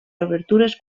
obertures